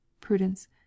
Prudence